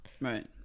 Right